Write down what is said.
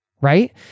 Right